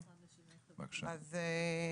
בבקשה.